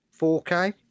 4k